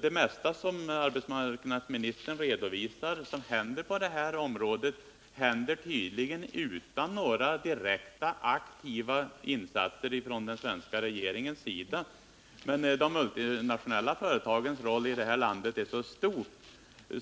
Det mesta som arbetsmarknadsministern redovisar från detta område händer tydligen utan några direkta aktiva insatser från den svenska regeringens sida. Men de multinationella företagens roll i det här landet är så stor